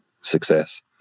success